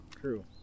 True